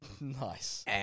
Nice